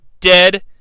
dead